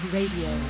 Radio